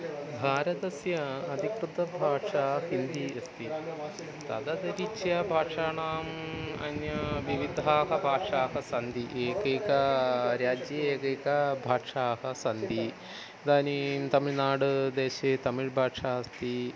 भारतस्य अधिकृतभाषा हिन्दी अस्ति तदतिरिच्य भाषाणाम् अन्याः विविधाः भाषाः सन्ति एकैका राज्ये एकैकाः भाषाः सन्ति इदानीं तमिल्नाडू देशे तमिळ् भाषा अस्ति